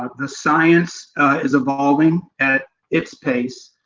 um the science is evolving at its pace,